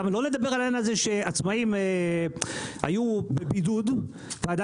גם לא לדבר על העניין הזה שעצמאים היו בבידוד ועדין